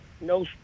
No